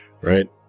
right